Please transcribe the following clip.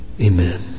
Amen